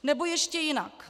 Nebo ještě jinak.